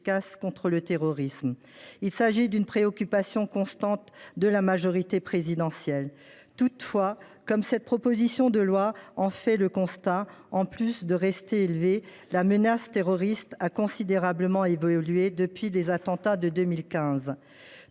de rester élevée, a considérablement évolué depuis les attentats de 2015.